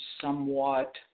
somewhat